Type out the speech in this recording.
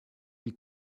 die